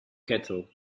kettle